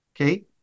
Okay